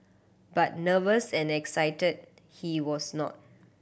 but nervous and excited he was not